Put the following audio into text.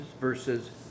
versus